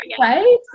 Right